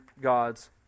God's